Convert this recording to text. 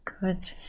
Good